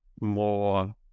more